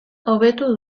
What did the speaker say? hobetu